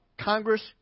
Congress